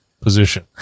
position